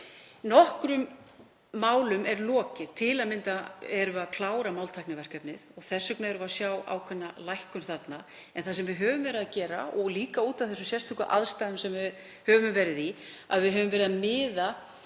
Nokkrum málum er lokið. Til að mynda erum við að klára máltækniverkefnið og þess vegna sjáum við ákveðna lækkun þarna. En það sem við höfum verið að gera, líka út af þessum sérstöku aðstæðum sem við höfum verið í, er að við höfum verið að miða